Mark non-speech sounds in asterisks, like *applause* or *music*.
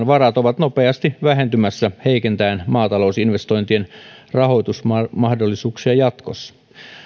*unintelligible* varat ovat nopeasti vähentymässä heikentäen maatalousinvestointien rahoitusmahdollisuuksia jatkossa